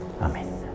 Amen